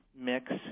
mix